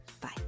Bye